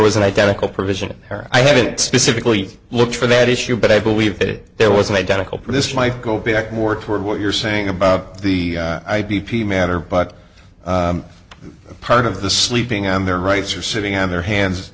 was an identical provision or i haven't specifically looked for that issue but i believe that there was an identical this might go back more toward what you're saying about the i b p matter but part of the sleeping on their rights are sitting on their hands